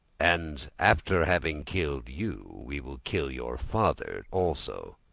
and after having killed you, we will kill your father also.